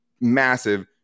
Massive